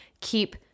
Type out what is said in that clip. Keep